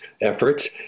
efforts